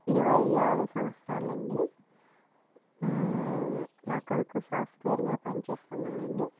ఇరవై ఆరు సంవత్సరాలండి నా కొడుకు సాఫ్ట్వేర్గా పనిచేస్తున్నాడండి